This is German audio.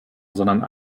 sondern